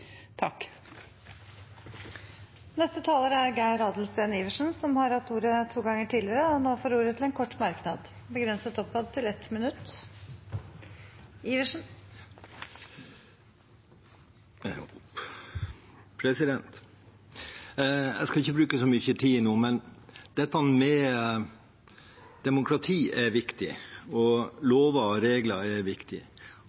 å renovere. Representanten Geir Adelsten Iversen har hatt ordet to ganger tidligere og får ordet til en kort merknad, begrenset til 1 minutt. Jeg skal ikke bruke så mye tid nå, men dette med demokrati er viktig, og